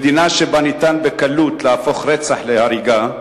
במדינה שבה ניתן בקלות להפוך רצח להריגה,